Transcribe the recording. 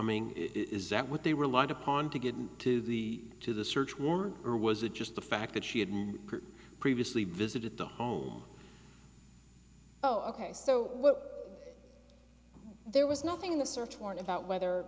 it is that what they relied upon to get to the to the search warrant or was it just the fact that she hadn't previously visited the home oh ok so there was nothing in the search warrant about whether